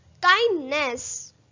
Kindness